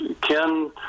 Ken